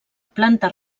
planta